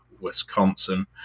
Wisconsin